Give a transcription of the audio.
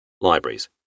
Libraries